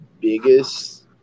biggest